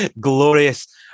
Glorious